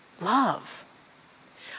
Love